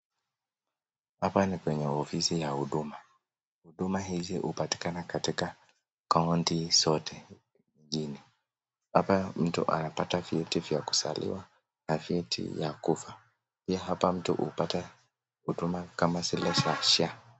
Hapa ni kwenye ofisi za huduma. Huduma hizi hupatikana katika kaunti zote jijini. Hapa mtu anapata vitu vya kuzaliwa na vitu ya kufa, pia hapa mtu hupata huduma kama zile za SHA.